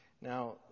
Now